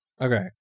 Okay